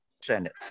Senate